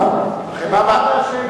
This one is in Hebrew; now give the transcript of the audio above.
מה עם החמאה והשמש?